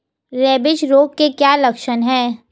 Rabies रोग के क्या लक्षण है?